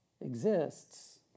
exists